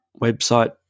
website